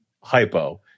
hypo